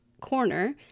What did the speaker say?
corner